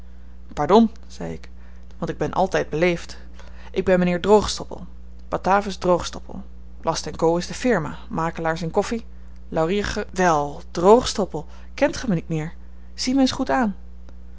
pardon zei ik want ik ben altyd beleefd ik ben m'nheer droogstoppel batavus droogstoppel last en co is de firma makelaars in koffi lauriergr wel droogstoppel kent ge my niet meer zie my eens goed aan